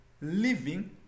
living